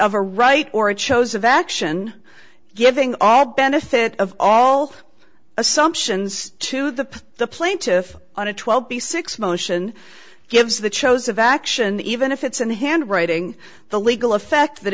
of a right or a chose of action giving all benefit of all assumptions to the the plaintiff on a twelve b six motion gives the chose of action even if it's in the hand writing the legal effect that